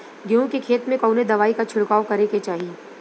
गेहूँ के खेत मे कवने दवाई क छिड़काव करे के चाही?